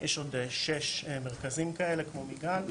יש עוד שישה מרכזים כאלה, כמו מיגל.